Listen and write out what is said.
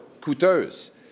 coûteuses